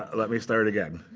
let me start again.